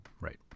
right